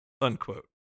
unquote